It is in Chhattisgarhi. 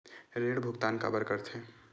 ऋण भुक्तान काबर कर थे?